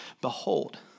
Behold